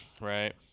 Right